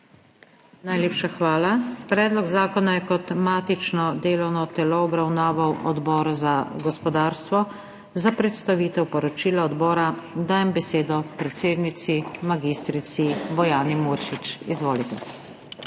Najlepša hvala. Predlog zakona je kot matično delovno telo obravnaval Odbor za gospodarstvo. Za predstavitev poročila odbora dajem besedo predsednici mag. Bojani Muršič. Izvolite.